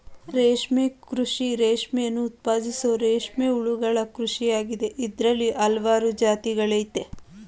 ರೇಷ್ಮೆ ಕೃಷಿ ರೇಷ್ಮೆಯನ್ನು ಉತ್ಪಾದಿಸೋ ರೇಷ್ಮೆ ಹುಳುಗಳ ಕೃಷಿಯಾಗಿದೆ ಇದ್ರಲ್ಲಿ ಹಲ್ವಾರು ಜಾತಿಗಳಯ್ತೆ